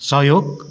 सहयोग